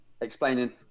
explaining